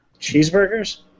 Cheeseburgers